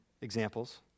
examples